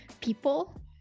people